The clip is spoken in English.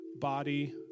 body